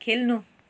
खेल्नु